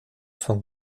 von